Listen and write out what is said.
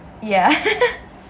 yeah